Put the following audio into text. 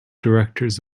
directors